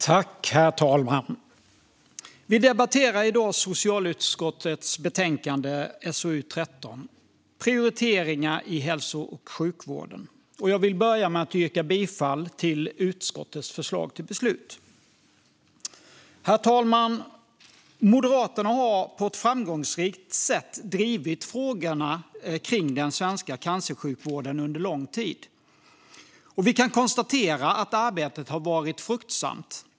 Herr talman! Vi debatterar i dag socialutskottets betänkande SoU13 Prioriteringar inom hälso och sjukvården , och jag vill börja med att yrka bifall till utskottets förslag till beslut. Herr talman! Moderaterna har på ett framgångsrikt sätt drivit frågorna om den svenska cancersjukvården under lång tid, och vi kan konstatera att arbetet har varit fruktsamt.